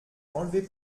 enlever